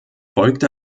folgte